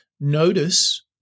notice